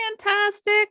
fantastic